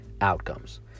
outcomes